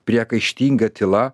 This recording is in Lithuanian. priekaištinga tyla